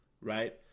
right